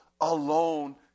alone